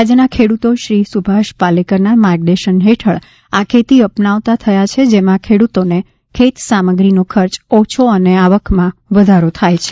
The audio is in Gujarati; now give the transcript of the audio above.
રાજયના ખેડ્રતો શ્રી સુભાષ પાલેકરના માર્ગદર્શન હેઠળ આ ખેતી અપનાવતા થયા છે જેમાં ખેડ્રતોને ખેત સામગ્રીનો ખર્ચ ઓછો અને આવકમાં વધારો થાય છે